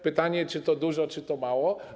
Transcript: Pytanie, czy to dużo, czy to mało.